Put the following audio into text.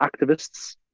activists